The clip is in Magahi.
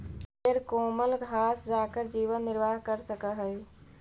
भेंड कोमल घास खाकर जीवन निर्वाह कर सकअ हई